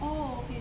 oh okay